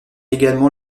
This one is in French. également